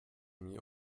mir